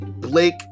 blake